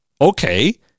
okay